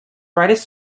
brightest